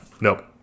nope